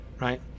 Right